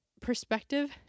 perspective